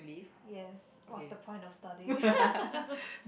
yes what's the point of studying